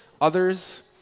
others